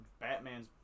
Batman's